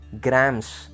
grams